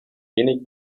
wenig